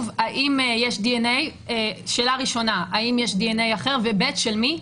האם יש דנ"א אחר ושל מי?